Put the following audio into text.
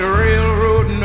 railroad